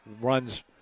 runs